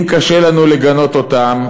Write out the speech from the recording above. אם קשה לנו לגנות אותם,